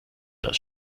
das